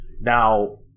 Now